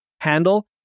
handle